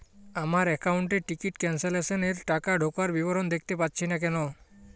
আমার একাউন্ট এ ticket cancellation এর টাকা ঢোকার বিবরণ দেখতে পাচ্ছি না কেন?